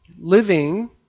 Living